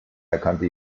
erkannte